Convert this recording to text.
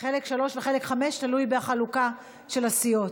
חלק שלוש וחלק חמש, תלוי בחלוקה של הסיעות.